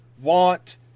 want